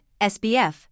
SBF